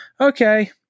okay